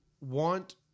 want